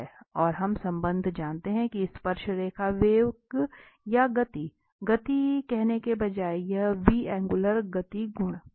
और हम संबंध जानते हैं कि स्पर्शरेखा वेग या गति गति कहने के बजाय यह v एंगुलर गति गुण